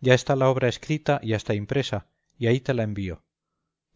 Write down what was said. ya está la obra escrita y hasta impresa y ahí te la envío